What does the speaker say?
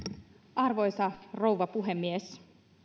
arvoisa rouva puhemies